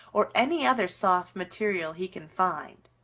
or any other soft material he can find.